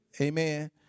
Amen